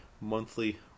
monthly